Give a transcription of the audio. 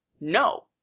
No